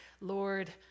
Lord